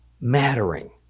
mattering